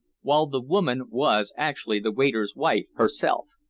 while the woman was actually the waiter's wife herself.